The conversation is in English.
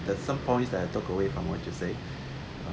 at some points that I took away from what you say